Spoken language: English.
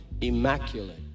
immaculate